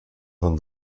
von